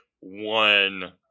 one